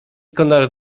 konar